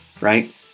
right